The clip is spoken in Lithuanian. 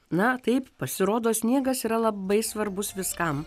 na taip pasirodo sniegas yra labai svarbus viskam